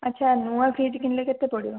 ଆଚ୍ଛା ନୂଆ ଫ୍ରିଜ୍ କିଣିଲେ କେତେ ପଡ଼ିବ